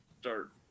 start